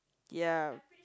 ya